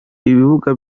ibibuga